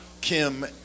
Kim